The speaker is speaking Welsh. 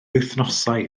wythnosau